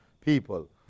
people